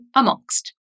amongst